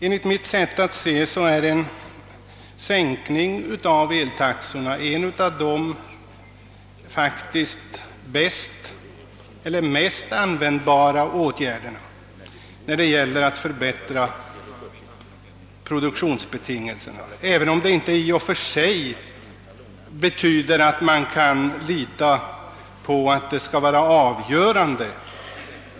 Enligt mitt sätt att se är en sänkning av eltaxorna faktiskt en av de mest användbara åtgärderna när det gäller att förbättra produktionsbetingelserna, även om det inte i och för sig betyder att man kan lita på att det skall vara avgörande.